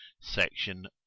Section